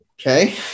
Okay